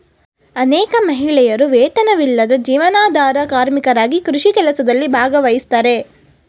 ಅನೇಕ ಮಹಿಳೆಯರು ವೇತನವಿಲ್ಲದ ಜೀವನಾಧಾರ ಕಾರ್ಮಿಕರಾಗಿ ಕೃಷಿ ಕೆಲಸದಲ್ಲಿ ಭಾಗವಹಿಸ್ತಾರೆ